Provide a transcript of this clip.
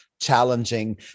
challenging